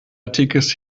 antikes